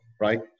Right